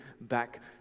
back